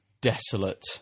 desolate